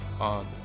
on